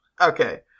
Okay